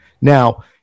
Now